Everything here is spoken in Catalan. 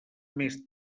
més